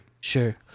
Sure